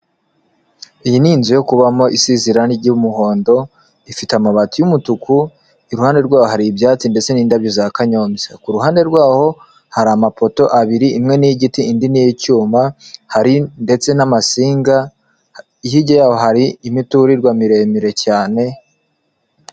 Iyi ni inzu yo kubamo isizi ry'umuhondo, ifite amabati y'umutuku, iruhande rwayo hari ibyatsi ndetse n'indabyo za kanyombya, ku ruhande rw'aho hari amapoto abiri; imwe ni iy'igiti, indi ni iy'icyuma, hari ndetse n'amasinga hirya y'aho hari imiturirwa miremire cyane.